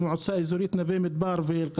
במועצה אזורית נווה מדבר ובאל קאסום.